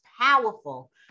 powerful